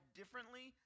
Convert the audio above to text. differently